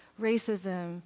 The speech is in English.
racism